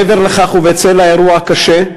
מעבר לכך, ובצל האירוע הקשה,